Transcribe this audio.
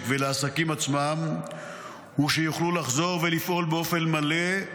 ולעסקים עצמם הוא שיוכלו לחזור ולפעול באופן מלא,